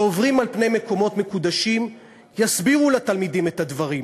כשעוברים על פני מקומות מקודשים יסבירו לתלמידים את הדברים.